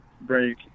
break